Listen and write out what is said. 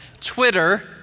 Twitter